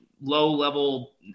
low-level